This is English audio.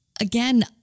again